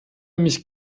mich